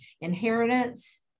inheritance